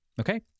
Okay